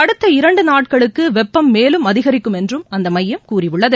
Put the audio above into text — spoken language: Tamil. அடுத்த இரண்டு நாட்களுக்கு வெப்பம் மேலும் அதிகரிக்கும் என்றும் அந்த ஸமயம் கூறியுள்ளது